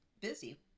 busy